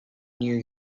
new